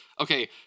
okay